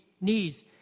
knees